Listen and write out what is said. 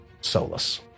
Solus